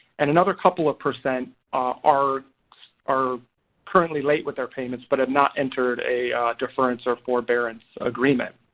and another couple of percent are are currently late with their payments but have not entered a deference or forbearance agreement.